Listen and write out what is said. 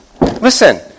Listen